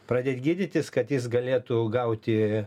pradėt gydytis kad jis galėtų gauti